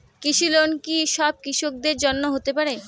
কৃষি লোন কি সব কৃষকদের জন্য হতে পারে?